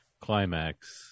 Climax